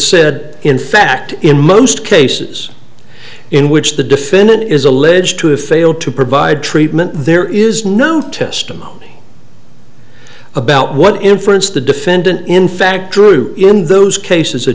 said in fact in most cases in which the defendant is alleged to have failed to provide treatment there is no testimony about what inference the defendant in fact drew in those cases a